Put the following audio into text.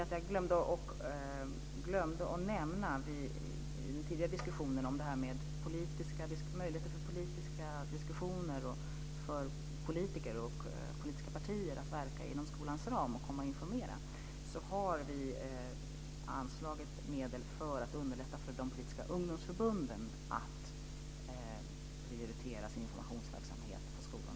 Sedan glömde jag att nämna, när vi diskuterade möjligheter för politiker och politiska partier att verka inom skolans ram och komma och informera, att vi har anslagit medel för att underlätta för de politiska ungdomsförbunden att prioritera sin informationsverksamhet på skolorna.